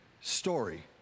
story